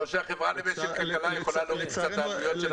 או שהחברה למשק וכלכלה יכולה להוריד קצת את עלויות התשתיות.